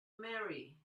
marry